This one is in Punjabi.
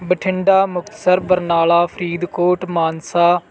ਬਠਿੰਡਾ ਮੁਕਤਸਰ ਬਰਨਾਲਾ ਫਰੀਦਕੋਟ ਮਾਨਸਾ